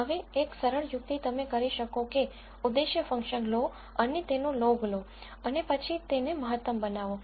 હવે એક સરળ યુક્તિ તમે કરી શકો કે ઉદ્દેશ્ય ફંક્શન લો અને તેનો લોગ લો અને પછી તેને મહત્તમ બનાવો